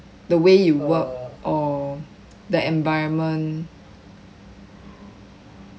the way you work or the environment